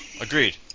Agreed